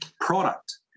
product